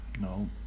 No